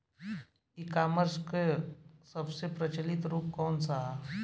ई कॉमर्स क सबसे प्रचलित रूप कवन सा ह?